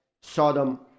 Sodom